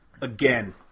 Again